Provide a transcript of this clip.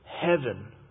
Heaven